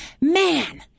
man